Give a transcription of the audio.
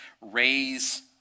raise